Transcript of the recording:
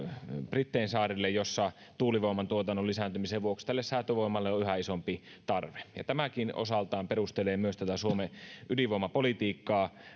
brittein saarille missä tuulivoiman tuotannon lisääntymisen vuoksi tälle säätövoimalle on yhä isompi tarve tämäkin osaltaan perustelee myös tätä suomen ydinvoimapolitiikkaa